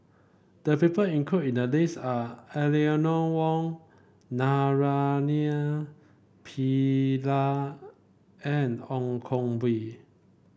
the people includ in the list are Eleanor Wong Naraina Pillai and Ong Koh Bee